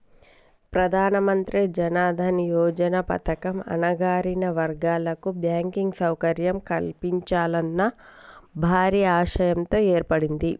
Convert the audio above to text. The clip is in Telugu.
ప్రధానమంత్రి జన్ దన్ యోజన పథకం అణగారిన వర్గాల కు బ్యాంకింగ్ సౌకర్యం కల్పించాలన్న భారీ ఆశయంతో ఏర్పడింది